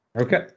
Okay